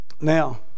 Now